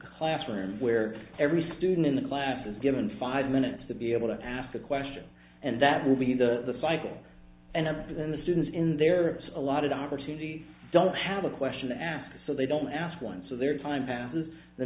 classroom where every student in the class is given five minutes to be able to ask a question and that will be the cycle and have been the students in their allotted opportunity don't have a question to ask so they don't ask one so their time passes the